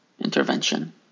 intervention